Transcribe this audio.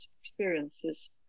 experiences